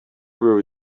roll